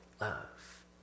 love